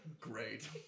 Great